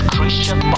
Christian